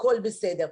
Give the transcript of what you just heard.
הכל בסדר.